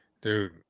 dude